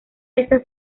esta